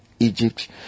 Egypt